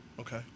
Okay